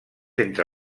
entre